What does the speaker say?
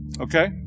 Okay